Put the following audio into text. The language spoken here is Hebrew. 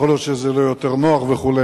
יכול להיות שזה יהיה לו יותר נוח וכו'.